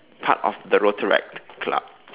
part of the rotaract club